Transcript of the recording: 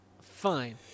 Fine